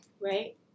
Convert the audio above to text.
right